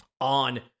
on